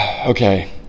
Okay